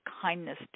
kindness